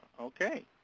Okay